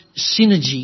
synergy